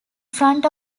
front